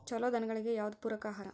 ಛಲೋ ದನಗಳಿಗೆ ಯಾವ್ದು ಪೂರಕ ಆಹಾರ?